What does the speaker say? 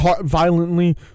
violently